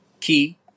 key